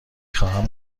خواهم